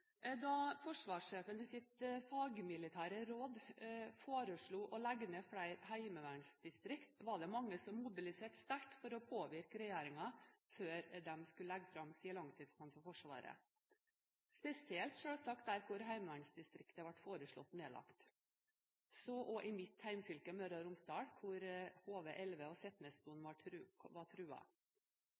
Da forsvarssjefen i sitt fagmilitære råd foreslo å legge ned flere heimevernsdistrikter, var det mange som mobiliserte sterkt for å påvirke regjeringen før den skulle legge fram sin langtidsplan for Forsvaret. Spesielt gjaldt dette selvsagt i de regionene hvor heimevernsdistrikt ble foreslått nedlagt – så også i mitt hjemfylke, Møre og Romsdal, hvor HV-11 og Setnesmoen var